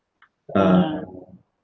uh